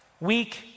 weak